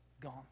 gone